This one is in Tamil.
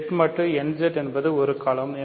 Z mod nZ என்பது ஒரு களம்